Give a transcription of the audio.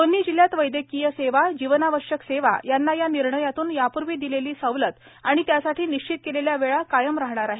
दोन्ही जिल्ह्यात वैद्यकीय सेवा जीवनावश्यक सेवा यांना या निर्णयातून यापूर्वी दिलेली सवलत आणि त्यासाठी निश्चित केलेल्या वेळा कायम राहणार आहेत